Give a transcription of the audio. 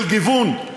של גיוון,